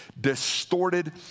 distorted